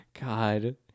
god